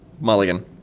Mulligan